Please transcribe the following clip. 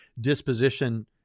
disposition